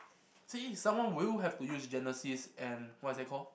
see someone will you have to use genesis and what is that call